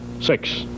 six